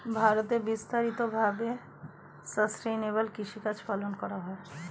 ভারতে বিস্তারিত ভাবে সাসটেইনেবল কৃষিকাজ পালন করা হয়